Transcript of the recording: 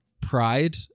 pride